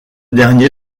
dernier